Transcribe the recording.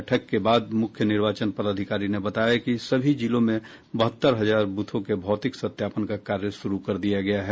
बैठक के बाद मुख्य निर्वाचन पदाधिकारी ने बताया कि सभी जिलों में बहत्तर हजार बूथों के भौतिक सत्यापन का कार्य शुरू कर दिया गया है